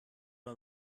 man